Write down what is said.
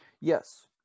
Yes